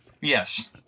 Yes